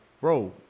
bro